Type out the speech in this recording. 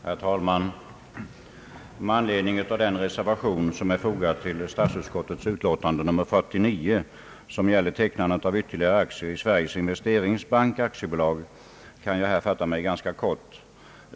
Herr talman! Med anledning av den reservation som är fogad till statsutskottets utlåtande nr 49 som gäller tecknandet av ytterligare aktier i Sveriges investeringsbank AB kan jag här fatta mig ganska kort.